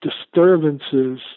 disturbances